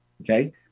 Okay